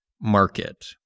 market